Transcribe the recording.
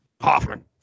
Hoffman